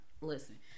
Listen